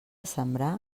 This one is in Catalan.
sembrar